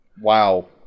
Wow